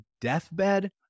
deathbed